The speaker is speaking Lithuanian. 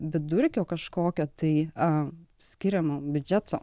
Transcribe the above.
vidurkio kažkokio tai a skiriamo biudžeto